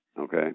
Okay